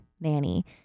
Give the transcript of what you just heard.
nanny